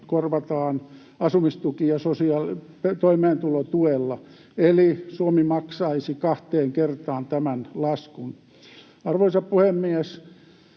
korvataan asumis‑ ja toimeentulotuella, eli Suomi maksaisi kahteen kertaan tämän laskun. Arvoisa puhemies!